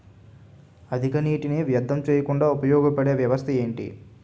అధిక నీటినీ వ్యర్థం చేయకుండా ఉపయోగ పడే వ్యవస్థ ఏంటి